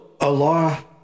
Allah